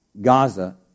Gaza